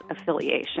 affiliation